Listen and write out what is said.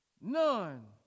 none